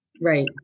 Right